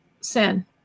sin